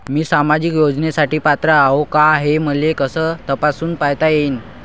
मी सामाजिक योजनेसाठी पात्र आहो का, हे मले कस तपासून पायता येईन?